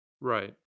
Right